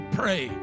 pray